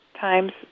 times